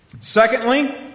Secondly